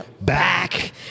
back